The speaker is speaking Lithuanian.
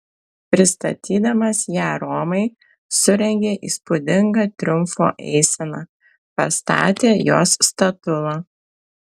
pristatydamas ją romai surengė įspūdingą triumfo eiseną pastatė jos statulą